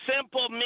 simple